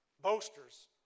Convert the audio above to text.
Boasters